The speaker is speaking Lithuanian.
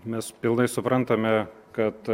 mes pilnai suprantame kad